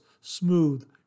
smooth